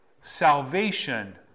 salvation